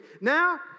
Now